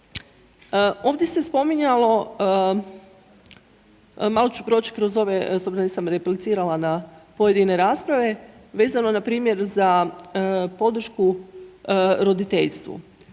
Ovdje se spominjalo, malo ću proći kroz ove, s obzirom da nisam replicirala na pojedine rasprave, vezano npr. za podršku roditeljstvu.